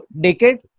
decade